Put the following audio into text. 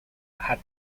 had